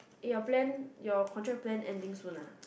eh your plan your contract plan ending soon ah